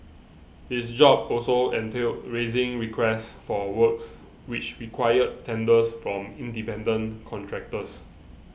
his job also entailed raising requests for works which required tenders from independent contractors